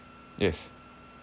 yes